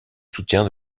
soutien